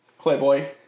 Clayboy